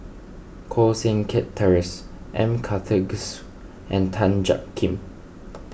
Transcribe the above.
Koh Seng Kiat Terence M Karthigesu and Tan Jiak Kim